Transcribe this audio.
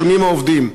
משלמים העובדים.